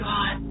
God